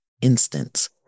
instance